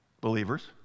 Believers